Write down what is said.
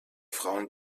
frauen